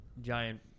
giant